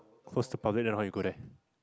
close to public then how you go there